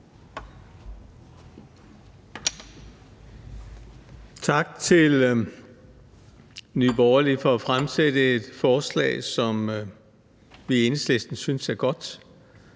Tak til Nye Borgerlige for at fremsætte et forslag, som vi i Enhedslisten synes er godt.